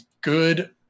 good